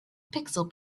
pixel